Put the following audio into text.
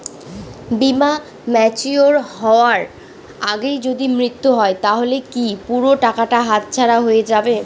বীমা ম্যাচিওর হয়ার আগেই যদি মৃত্যু হয় তাহলে কি পুরো টাকাটা হাতছাড়া হয়ে যাবে?